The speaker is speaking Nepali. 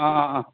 अँ अँ अँ